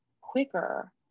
quicker